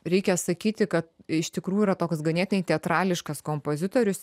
reikia sakyti kad iš tikrųjų yra toks ganėtinai teatrališkas kompozitorius